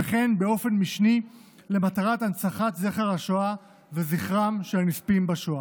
וכן באופן משני למטרת הנצחת זכר השואה וזכרם של הנספים בשואה.